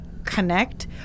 Connect